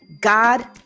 God